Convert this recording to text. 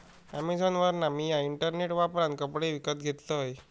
अॅमेझॉनवरना मिया इंटरनेट वापरान कपडे विकत घेतलंय